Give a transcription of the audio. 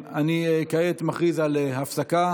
אני מכריז כעת על הפסקה,